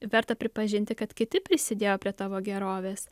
verta pripažinti kad kiti prisidėjo prie tavo gerovės